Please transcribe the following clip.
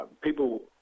people